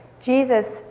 Jesus